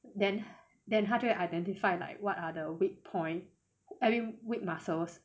then then 他就会 identified like what are the weak point I mean weak muscles